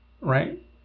Right